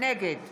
נגד